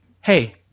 Hey